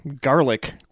garlic